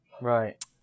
Right